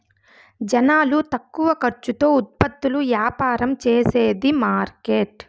జనాలు తక్కువ ఖర్చుతో ఉత్పత్తులు యాపారం చేసేది మార్కెట్